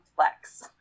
complex